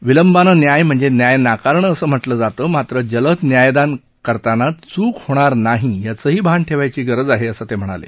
विलंबानं न्याय म्हणजे न्याय नाकारणं असं म्हटलं जातं मात्र जलद न्यायदान करताना च्क होणार नाही याचंही भान ठेवायची गरज आहे असं ते म्हणाले